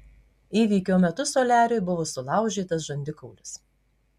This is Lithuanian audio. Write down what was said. įvykio metu soliariui buvo sulaužytas žandikaulis